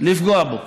לפגוע בו.